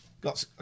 got